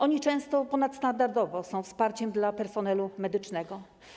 Oni często ponadstandardowo są wsparciem dla personelu medycznego.